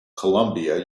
columbia